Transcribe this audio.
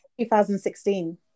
2016